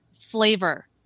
flavor